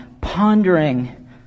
pondering